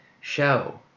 Show